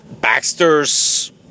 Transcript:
Baxter's